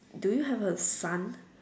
do you have a fund